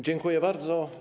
Dziękuję bardzo.